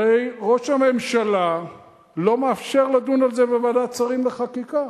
הרי ראש הממשלה לא מאפשר לדון על זה בוועדת שרים לחקיקה,